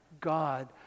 God